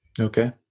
Okay